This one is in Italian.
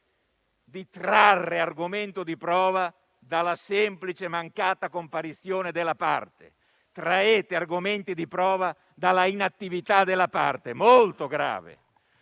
di trarre argomento di prova dalla semplice mancata comparizione della parte; traete argomenti di prova dalla inattività della parte e questo è molto grave.